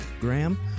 Graham